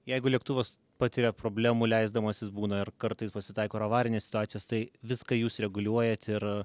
jeigu lėktuvas patiria problemų leisdamasis būna ir kartais pasitaiko ir avarinės situacijos tai viską jūs reguliuojat ir